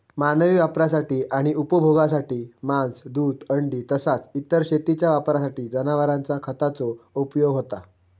मानवी वापरासाठी आणि उपभोगासाठी मांस, दूध, अंडी तसाच इतर शेतीच्या वापरासाठी जनावरांचा खताचो उपयोग होता